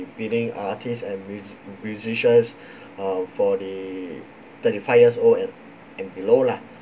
feeding artists and musi~ musicians uh for the thirty five years old and and below lah